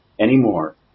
anymore